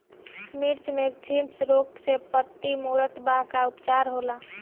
मिर्च मे थ्रिप्स रोग से पत्ती मूरत बा का उपचार होला?